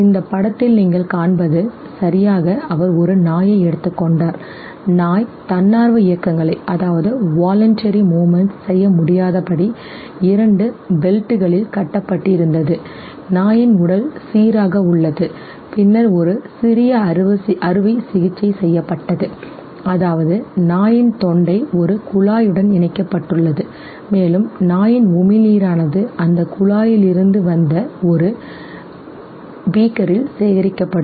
இந்த படத்தில் நீங்கள் காண்பது சரியாக அவர் ஒரு நாயை எடுத்துக்கொண்டார் நாய் தன்னார்வ இயக்கங்களை செய்ய முடியாதபடி இரண்டு பெல்ட்களில் கட்டப்பட்டிருந்தது நாயின் உடல் சீராக உள்ளது பின்னர் ஒரு சிறிய அறுவை சிகிச்சை செய்யப்பட்டது அதாவது நாயின் தொண்டை ஒரு குழாயுடன் இணைக்கப்பட்டுள்ளது மேலும் நாயின் உமிழ்நீரானது அந்த குழாயிலிருந்து வந்த ஒரு பீக்கரில் சேகரிக்கப்படும்